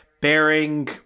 bearing